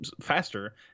faster